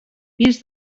pis